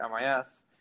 MIS